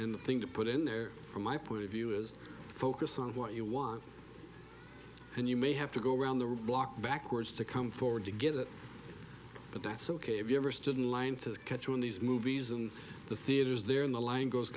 in the thing to put in there from my point of view is focused on what you want and you may have to go around the block backwards to come forward to get it but that's ok if you ever stood in line to catch one these movies in the theaters there in the lang goes